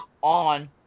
on